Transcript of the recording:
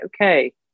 okay